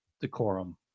decorum